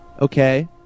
Okay